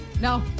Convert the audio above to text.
No